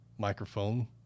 microphone